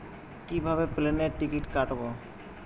কিভাবে প্লেনের টিকিট কাটব?